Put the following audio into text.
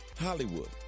Hollywood